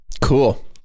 cool